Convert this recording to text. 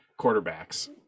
quarterbacks